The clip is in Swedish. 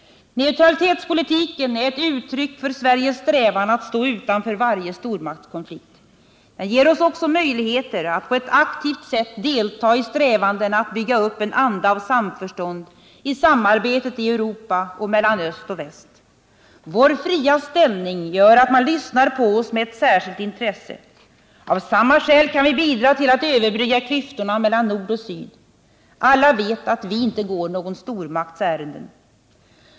Neutralitetspolitiken är ett uttryck för Sveriges strävan att stå utanför varje stormaktskonflikt. Den ger oss också möjligheter att på ett aktivt sätt delta i strävandena att bygga upp en anda av samförstånd i samarbetet i Europa och mellan öst och väst. Vår fria ställning gör att man lyssnar på oss med ett särskilt intresse. Av samma skäl kan vi bidra till att överbrygga klyftorna mellan nord och syd. Alla vet att vi inte går någon stormakts ärenden.